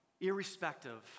irrespective